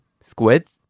squids